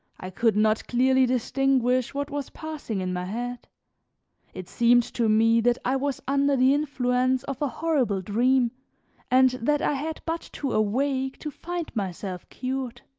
i could not clearly distinguish what was passing in my head it seemed to me that i was under the influence of a horrible dream and that i had but to awake to find myself cured